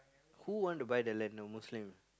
who want to buy the land the Muslim